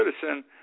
citizen